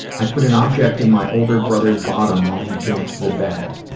i put an object in my older brother's bottom while he jumped the bed.